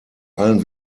allen